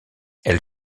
elle